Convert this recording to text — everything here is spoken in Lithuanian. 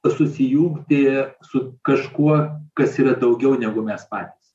susijungti su kažkuo kas yra daugiau negu mes patys